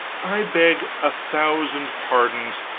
i beg a thousand pardons,